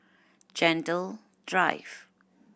Gentle Drive